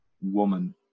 woman